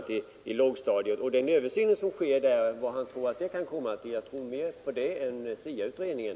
Vad tror herr Alemyr att den översynen kan komma att ge? Jag tror för min del mer på denna än på SIA-utredningen.